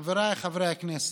חבריי חברי הכנסת,